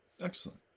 Excellent